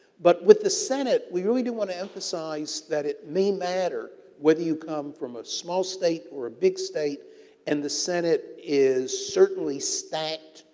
but, with the senate, we really do want to emphasize that it may matter whether you come from a small state or a big state and the senate is certainly stacked,